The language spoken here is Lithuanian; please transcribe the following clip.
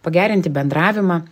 pagerinti bendravimą